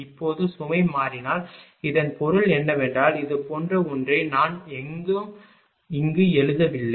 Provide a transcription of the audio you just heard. இப்போது சுமை மாறினால் இதன் பொருள் என்னவென்றால் இது போன்ற ஒன்றை நான் இங்கு எழுதவில்லை